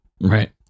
Right